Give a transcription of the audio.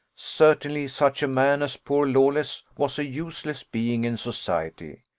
certainly such a man as poor lawless was a useless being in society,